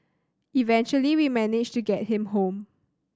eventually we managed to get him home